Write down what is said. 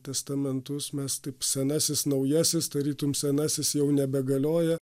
testamentus mes taip senasis naujasis tarytum senasis jau nebegalioja